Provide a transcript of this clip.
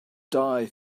die